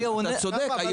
אתה צודק,